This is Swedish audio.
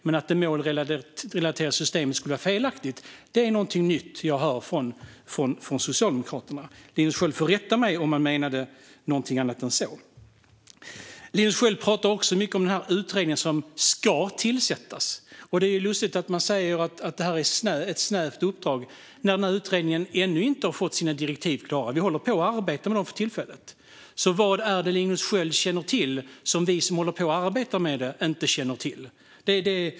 Men att det målrelaterade systemet skulle vara felaktigt är någonting nytt jag hör från Socialdemokraterna. Linus Sköld får rätta mig om han menade någonting annat än det. Linus Sköld talar också mycket om den utredning som ska tillsättas. Det är lustigt att han säger att det är ett snävt uppdrag när utredningen ännu inte har fått sina direktiv klara. Vi håller på att arbeta med dem för tillfället. Vad är det Linus Sköld känner till som vi som håller på att arbeta med det inte känner till?